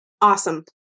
Awesome